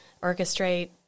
orchestrate